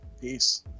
Peace